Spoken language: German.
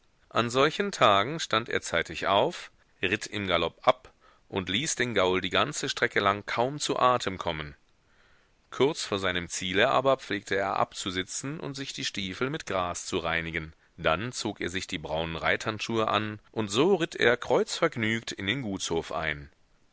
an solchen tagen stand er zeitig auf ritt im galopp ab und ließ den gaul die ganze strecke lang kaum zu atem kommen kurz vor seinem ziele aber pflegte er abzusitzen und sich die stiefel mit gras zu reinigen dann zog er sich die braunen reithandschuhe an und so ritt er kreuzvergnügt in den gutshof ein